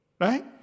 Right